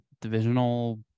divisional